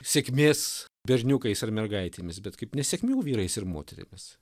sėkmės berniukais ar mergaitėmis bet kaip nesėkmių vyrais ir moterimis